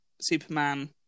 Superman